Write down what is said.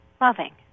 loving